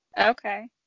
Okay